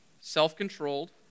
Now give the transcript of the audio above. Self-controlled